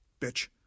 Bitch